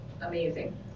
amazing